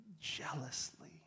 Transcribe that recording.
jealously